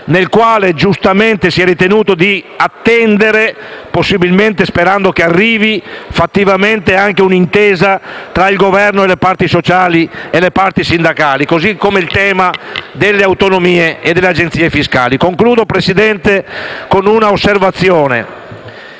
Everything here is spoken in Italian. nel quale giustamente si è ritenuto di attendere, possibilmente sperando che arrivi fattivamente anche un'intesa tra il Governo, le parti sociali e le parti sindacali. Lo stesso vale per quanto riguarda il tema delle autonomie e delle agenzie fiscali. Concludo, signor Presidente, con un'osservazione.